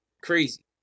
Crazy